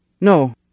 No